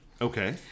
Okay